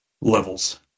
levels